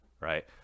right